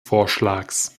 vorschlags